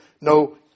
no